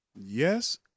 Yes